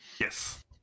Yes